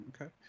Okay